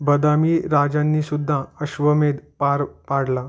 बदामी राजांनीसुद्धा अश्वमेध पार पाडला